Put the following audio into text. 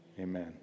Amen